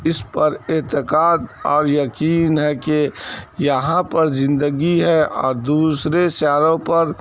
اس پر اعتقاد اور یقین ہے کہ یہاں پر زندگی ہے اور دوسرے سیاروں پر